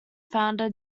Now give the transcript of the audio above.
founder